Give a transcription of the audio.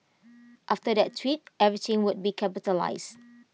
after that tweet everything was be capitalised